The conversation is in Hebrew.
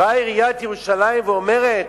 באה עיריית ירושלים ואומרת: